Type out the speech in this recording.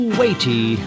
weighty